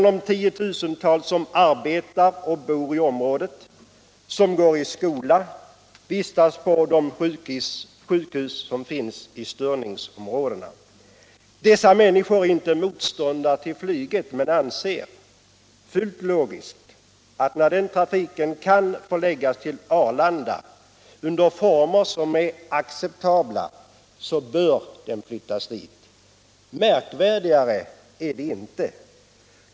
De tiotusentals människor som arbetar och bor i området, går i skola där eller vistas på de sjukhus som finns inom störningsområdet är inte motståndare till flyget men anser fullt logiskt att när trafiken kan förläggas till Arlanda under former som är acceptabla, då bör den flyttas dit. Märkvärdigare är det inte.